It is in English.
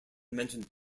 mentioned